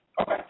Okay